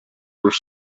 were